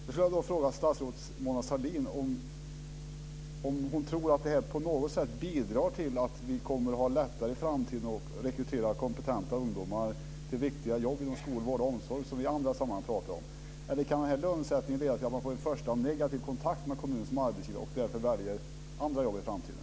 Jag skulle vilja fråga statsrådet Mona Sahlin om hon tror att det här på något sätt bidrar till att det kommer att vara lättare i framtiden att rekrytera kompetenta ungdomar till viktiga jobb inom skola, vård och omsorg, som vi i andra sammanhang pratar om. Eller tror hon att man får den första negativa kontakten med kommunen som arbetsgivare och därför väljer andra jobb i framtiden?